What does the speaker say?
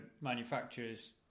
manufacturers